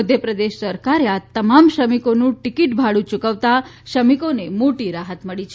મધ્યપ્રદેશ સરકારે આ તમામ શ્રમિકોનું ટિકિટ ભાડુ ચુકવતા શ્રમિકોને મોટી રાહત મળી છે